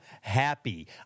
happy